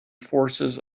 forces